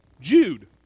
Jude